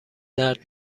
درد